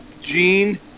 Gene